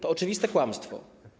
To oczywiste kłamstwo.